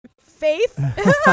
Faith